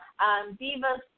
Divas